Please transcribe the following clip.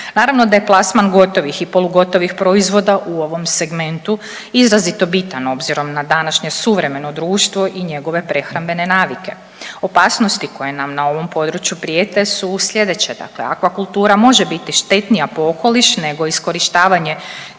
Naravno da je plasman gotovih i polugotovih proizvoda u ovom segmentu izrazito bitan obzirom na današnje suvremeno društvo i njegove prehrambene navike. Opasnosti koje nam na ovom području prijete. Dakle, akvakultura može biti štetnija po okoliš nego iskorištavanje